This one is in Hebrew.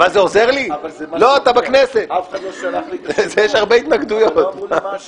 אף אחד לא שלח לי את השמות.